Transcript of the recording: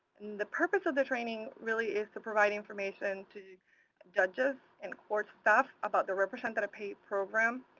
the purpose of the training really is to provide information to judges and court staff about the representative payee program.